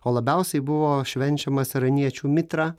o labiausiai buvo švenčiamas iraniečių mitra